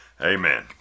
Amen